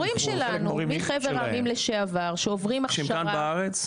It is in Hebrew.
מחבר העמים לשעבר שעוברים הכשרה --- חלקם בארץ?